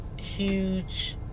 huge